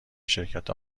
شرکت